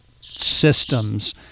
systems